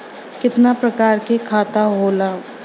कितना प्रकार के खाता होला?